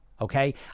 okay